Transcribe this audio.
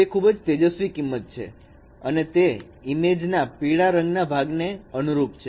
તે ખુબજ તેજસ્વી મૂલ્યોછે અને તે ઈમેજ ના પીળા રંગના ભાગને અનુરૂપ છે